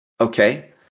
Okay